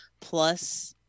plus